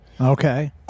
Okay